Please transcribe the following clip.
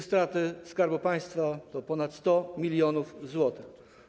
Straty Skarbu Państwa to ponad 100 mln zł.